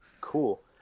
Cool